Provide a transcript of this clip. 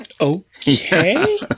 Okay